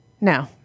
No